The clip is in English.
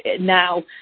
now